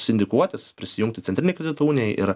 sindikuotis prisijungt į centrinę kredito uniją ir